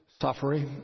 suffering